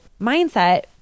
mindset